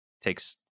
takes